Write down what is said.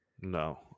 No